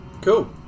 Cool